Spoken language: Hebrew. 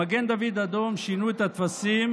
במגן דוד אדום שינו את הטפסים.